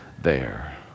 there